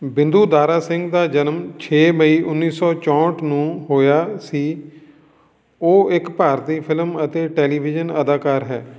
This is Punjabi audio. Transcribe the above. ਬਿੰਦੂ ਦਾਰਾ ਸਿੰਘ ਦਾ ਜਨਮ ਛੇ ਮਈ ਉੱਨੀ ਸੌ ਚੌਂਹਠ ਨੂੰ ਹੋਇਆ ਸੀ ਉਹ ਇੱਕ ਭਾਰਤੀ ਫ਼ਿਲਮ ਅਤੇ ਟੈਲੀਵਿਜ਼ਨ ਅਦਾਕਾਰ ਹੈ